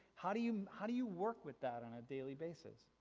how do you, how do you work with that on a daily basis?